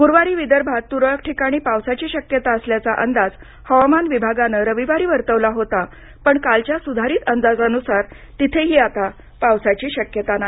गुरूवारी विदर्भात तुरळक ठिकाणी पावसाची शक्यता असल्याचा अंदाज हवामान विभागानं रविवारी वर्तवला होता पण कालच्या सुधारित अंदाजानुसार तिथेही आता पावसाची शक्यता नाही